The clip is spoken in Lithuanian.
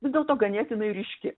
vis dėlto ganėtinai ryški